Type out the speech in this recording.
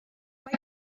mae